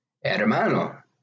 Hermano